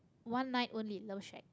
one night only love shack